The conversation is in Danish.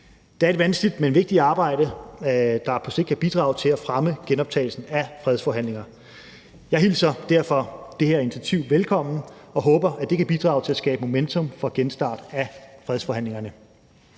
Det er et vanskeligt, men vigtigt arbejde, der på sigt kan bidrage til at fremme genoptagelsen af fredsforhandlinger. Jeg hilser derfor det her initiativ velkommen og håber, at det kan bidrage til at skabe momentum for genstart af fredsforhandlingerne.